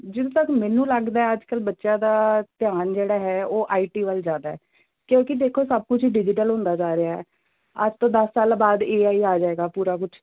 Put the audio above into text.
ਜਿੱਥੋਂ ਤੱਕ ਮੈਨੂੰ ਲੱਗਦਾ ਅੱਜ ਕੱਲ੍ਹ ਬੱਚਿਆਂ ਦਾ ਧਿਆਨ ਜਿਹੜਾ ਹੈ ਉਹ ਆਈ ਟੀ ਵੱਲ ਜ਼ਿਆਦਾ ਕਿਉਂਕਿ ਦੇਖੋ ਸਭ ਕੁਝ ਹੀ ਡਿਜ਼ੀਟਲ ਹੁੰਦਾ ਜਾ ਰਿਹਾ ਅੱਜ ਤੋਂ ਦਸ ਸਾਲਾਂ ਬਾਅਦ ਏ ਆਈ ਆ ਜਾਵੇਗਾ ਪੂਰਾ ਕੁਛ